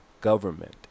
government